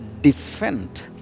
defend